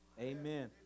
Amen